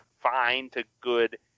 fine-to-good